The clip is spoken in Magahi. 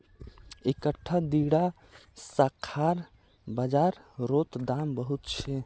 इकट्ठा दीडा शाखार बाजार रोत दाम बहुत छे